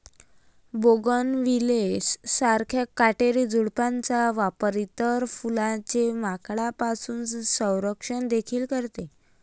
bougainvillea सारख्या काटेरी झुडपांचा वापर इतर फुलांचे माकडांपासून संरक्षण देखील करते